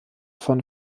von